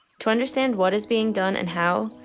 to understand what is being done and how,